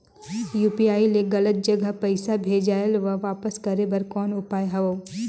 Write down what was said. UPI ले गलत जगह पईसा भेजाय ल वापस करे बर कौन उपाय हवय?